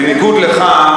בניגוד לך,